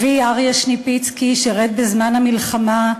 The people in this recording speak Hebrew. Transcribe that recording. אבי, אריה שניפיצקי, שירת בזמן המלחמה,